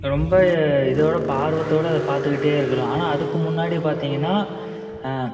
ரொம்ப இதோடய ப ஆர்வத்தோடு அதை பார்த்துக்கிட்டே இருக்கலாம் ஆனால் அதுக்கு முன்னாடி பார்த்தீங்கன்னா